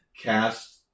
cast